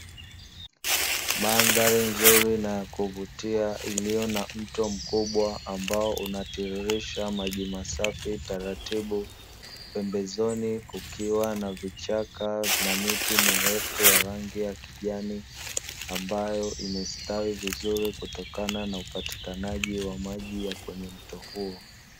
Mandhari nzuri na ya kuvutia, iliyo na mto mkubwa unaotiririsha maji masafi taratibu. Pembezoni kukiwa na vichaka na miti mirefu ya rangi ya kijani, ambayo imestawi vizuri kutokana na upatikanaji ya maji ya kwenye mto huo.